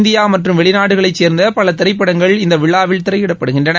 India மற்றம் வெளிநாடுகளைச் சேர்ந்த பல திரைப்படங்கள் இந்த விழாவில் திரையிடப்படுகின்றன